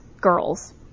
girls